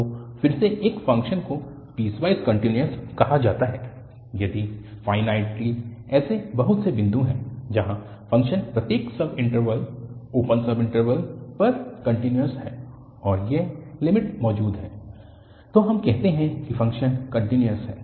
तो फिर से एक फ़ंक्शन को पीसवाइस कन्टिन्यूअस कहा जाता है यदि फ़ाइनाइटली ऐसे बहुत से बिंदु हैं जहाँ फ़ंक्शन प्रत्येक subinterval open subinterval पर कन्टिन्यूअस है और ये लिमिट मौजूद है तो हम कहते हैं कि फ़ंक्शन कन्टिन्यूअस है